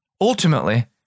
ultimately